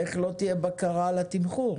איך לא תהיה בקרה על התמחור?